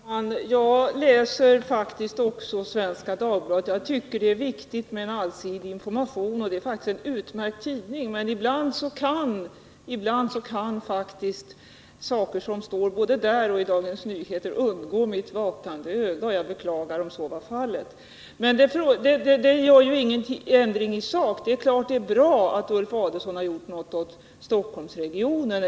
Herr talman! Jag läser faktiskt också Svenska Dagbladet. Jag tycker det är viktigt med en allsidig information, och det är en utmärkt tidning. Men ibland kan faktiskt saker som står både där och i Dagens Nyheter und vakande öga, och jag beklagar om så var fallet. Men det gör ingen ä dring i sak. Det är klart att det är bra att Ulf Adelsohn har försökt göra något åt Stockholmsregionen.